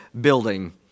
building